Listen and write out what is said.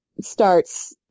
starts